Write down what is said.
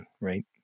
right